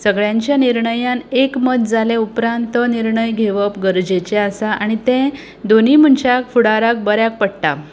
सगळ्यांच्या निर्णयान एकमत जाले उपरांत तो निर्णय घेवप गरजेचें आसा आनी तें दोनीय मनशाक फुडाराक बऱ्याक पडटा